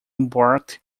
embarked